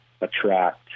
attract